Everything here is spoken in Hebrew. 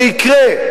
זה יקרה.